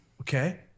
Okay